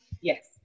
yes